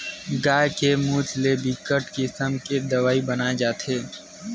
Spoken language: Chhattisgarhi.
गाय के मूते ले बिकट किसम के दवई बनाए जाथे